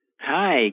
Hi